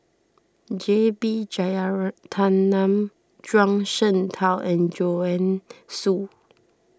J B Jeyaretnam Zhuang Shengtao and Joanne Soo